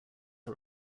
all